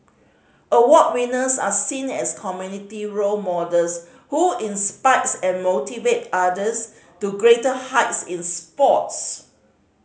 award winners are seen as community role models who inspires and motivate others to greater heights in sports